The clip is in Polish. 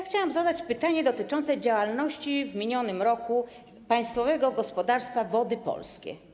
Chciałam zadać pytanie dotyczące działalności w minionym roku państwowego gospodarstwa Wody Polskie.